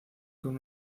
con